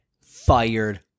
fired